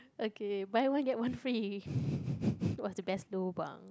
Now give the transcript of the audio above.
okay buy one get one free what's the best lobang